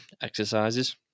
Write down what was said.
exercises